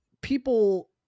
people